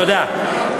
תודה רבה.